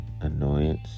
annoyance